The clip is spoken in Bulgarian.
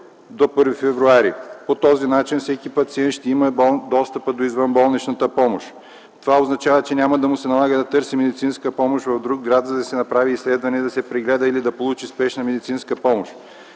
до 1 февруари т.г. По този начин всеки пациент ще има достъп до извънболничната медицинска помощ. Това означава, че няма да му се налага да търси медицинска помощ в друг град, за да си направи изследвания, да се прегледа или да получи спешна медицинска помощ.